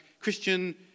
Christian